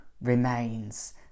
remains